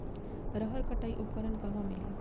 रहर कटाई उपकरण कहवा मिली?